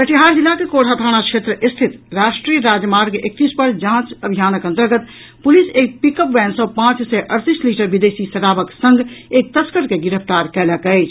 कटिहार जिलाक कोढ़ा थाना क्षेत्र रिथत राष्ट्रीय राजमार्ग एकतीस पर जांच अभियानक अन्तर्गत पुलिस एक पिकअप वैन सँ पांच सय अड़तीस लीटर विदेशी शराबक संग एक तस्कर के गिरफ्तार कयलक अछि